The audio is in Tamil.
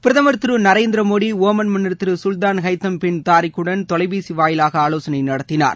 பிரதமர் திரு நரேந்திர மோடி ஓமள் மன்னர் திரு கல்தான் ஹைத்தம் பின் தாரிக்குடன் தொலைபேசி வாயிலாக ஆலோசனை நடத்தினார்